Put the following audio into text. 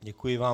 Děkuji vám.